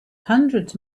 hundreds